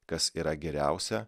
kas yra geriausia